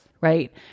right